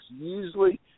usually